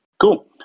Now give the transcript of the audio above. cool